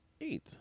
eight